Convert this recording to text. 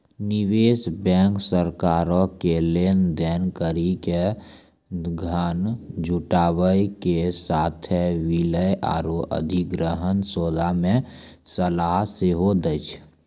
निवेश बैंक सरकारो के लेन देन करि के धन जुटाबै के साथे विलय आरु अधिग्रहण सौदा मे सलाह सेहो दै छै